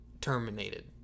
terminated